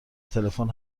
تلفن